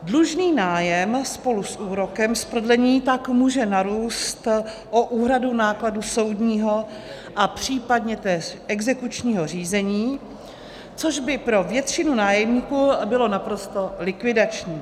Dlužný nájem spolu s úrokem z prodlení tak může narůst o úhradu nákladů soudního a případně též exekučního řízení, což by pro většinu nájemníků bylo naprosto likvidační.